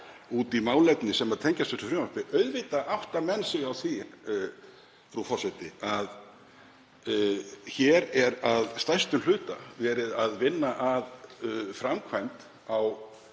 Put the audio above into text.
út í málefni sem tengjast þessu frumvarpi. Auðvitað átta menn sig á því, frú forseti, að hér er að stærstum hluta verið að vinna að framkvæmd á